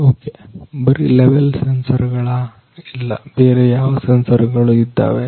okay ಬರೀ level sensor ಗಳ ಇಲ್ಲ ಬೇರೆ ಯಾವ ಸೆನ್ಸರ್ ಗಳು ಇದ್ದಾವೆ